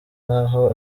ntaho